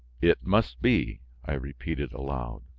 it must be! i repeated aloud.